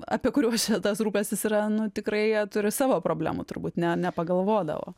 apie kuriuos čia tas rūpestis yra nu tikrai jie turi savo problemų turbūt ne nepagalvodavo